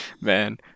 man